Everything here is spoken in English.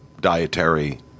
dietary